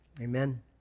Amen